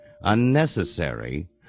unnecessary